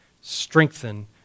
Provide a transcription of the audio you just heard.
strengthen